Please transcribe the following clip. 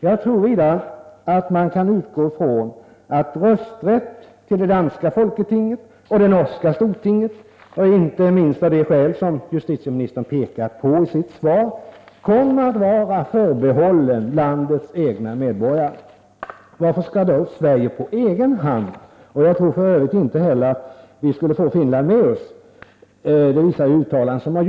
Jag tror vidare att man kan utgå från att rösträtt till det danska folketinget och det norska stortinget, inte minst av de skäl som justitieministern pekar på i sitt svar, kommer att vara förbehållen landets egna medborgare. Varför skall då Sverige på egen hand göra denna förändring i fråga om en nordisk medborgares rösträtt vid parlamentsval?